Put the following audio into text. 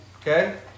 Okay